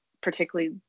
particularly